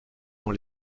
dans